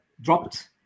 dropped